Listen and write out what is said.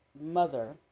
mother